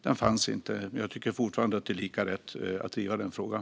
Den fanns inte, men jag tycker fortfarande att det är lika rätt att driva den frågan.